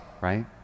right